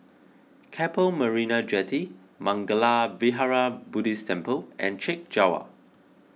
Keppel Marina Jetty Mangala Vihara Buddhist Temple and Chek Jawa